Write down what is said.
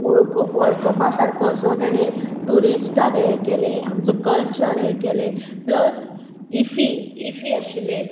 वळख वळखपा सारको असो तेणी ट्युरिस्टाक हें केलें आमचो कल्चर हें केलें प्लस इफी इफी आशिल्लें